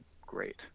great